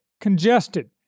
congested